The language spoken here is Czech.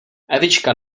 evička